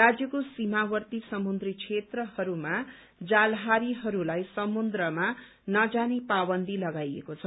राज्यको सीमावर्ती समुद्री क्षेत्रहरूमा जालहारीहरूलाई समुद्रमा नजाने पाबन्दी लगाइएको छ